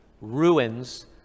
Ruins